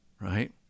right